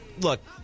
Look